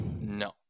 No